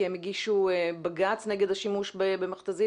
כי הם הגישו בג"צ נגד השימוש במכת"זית.